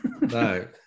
No